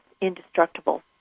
indestructible